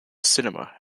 cinema